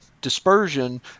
dispersion